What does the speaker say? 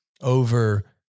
over